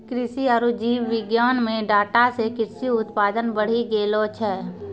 कृषि आरु जीव विज्ञान मे डाटा से कृषि उत्पादन बढ़ी गेलो छै